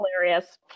Hilarious